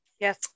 yes